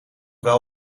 wel